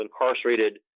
incarcerated